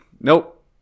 Nope